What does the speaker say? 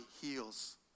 heals